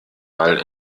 ball